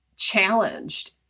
challenged